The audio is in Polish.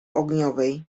ogniowej